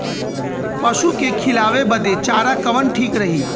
पशु के खिलावे बदे चारा कवन ठीक रही?